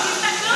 תסתכלו שם.